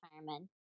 retirement